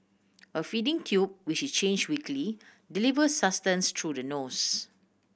a feeding tube which is change weekly delivers sustenance through the nose